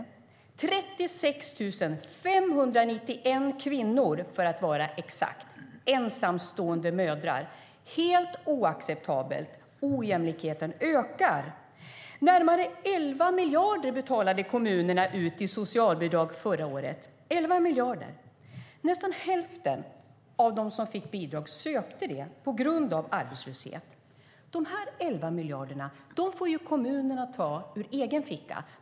Det är fråga om 36 591 kvinnor - ensamstående mödrar. Det är helt oacceptabelt. Ojämlikheten ökar. Närmare 11 miljarder betalade kommunerna ut i socialbidrag förra året. Nästan hälften av dem som fick bidrag sökte det på grund av arbetslöshet. De 11 miljarderna får kommunerna ta ur egen ficka.